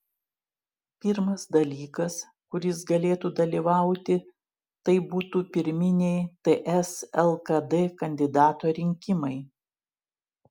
pirmas dalykas kur jis galėtų dalyvauti tai būtų pirminiai ts lkd kandidato rinkimai